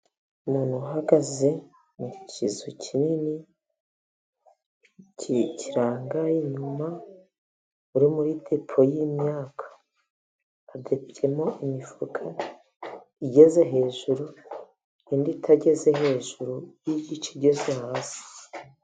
Umuntu uhagaze mu kizu kinini kirangaye inyuma, uri muri depo y' imyaka hadeteyemo, imifuka igeze hejuru, indi itageze hejuru y' igice igeze hasi.